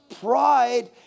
Pride